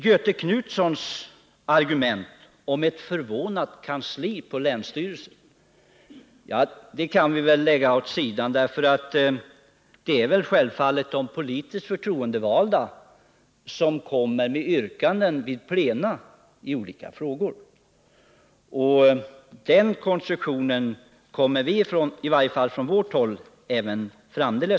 Göthe Knutsons argument om ett förvånat kansli på länsstyrelsen kan vi väl lägga åt sidan, för det är självfallet de politiskt förtroendevalda som kommer med yrkanden vid plena i olika frågor. Den konstruktionen kommer vi i varje fall från vårt håll att hålla fast vid.